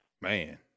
Man